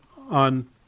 on